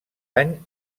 any